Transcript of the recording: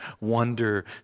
Wonder